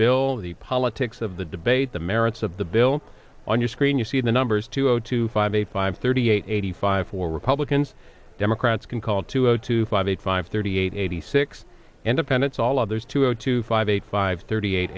bill the politics of the debate the merits of the bill on your screen you see the numbers two zero two five eight five thirty eight eighty five for republicans democrats can call two zero two five eight five thirty eight eighty six and a pen it's all others two zero two five eight five thirty eight